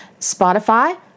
Spotify